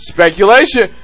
Speculation